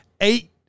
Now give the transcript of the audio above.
eight